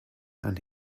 and